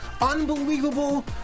unbelievable